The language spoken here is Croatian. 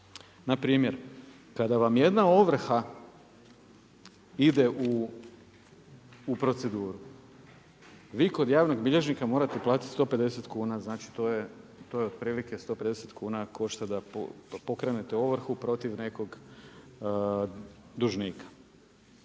Npr. kada vam jedna ovrha ide u proceduru, vi kod javnog bilježnika morate platit 150 kuna. Znači, to je otprilike 150 kuna košta da pokrenu tu ovrhu protiv nekog dužnika.